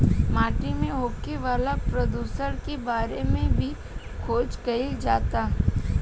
माटी में होखे वाला प्रदुषण के बारे में भी खोज कईल जाता